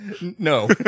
no